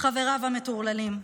חבריו המטורללים.